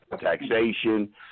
taxation